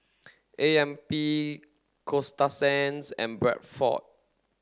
A M P Coasta Sands and Bradford